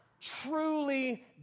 truly